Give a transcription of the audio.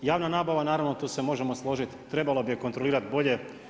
Javna nabava naravno tu se možemo složiti, trebalo bi je kontrolirati bolje.